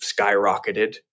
skyrocketed